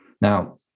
Now